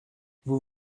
vous